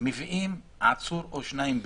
מביאים עצור או שניים ביום.